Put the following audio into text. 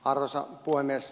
arvoisa puhemies